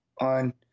On